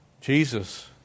Jesus